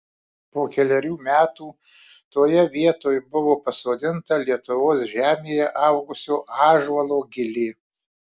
po kelerių metų toje vietoj buvo pasodinta lietuvos žemėje augusio ąžuolo gilė